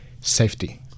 safety